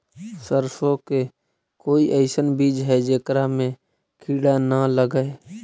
सरसों के कोई एइसन बिज है जेकरा में किड़ा न लगे?